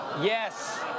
Yes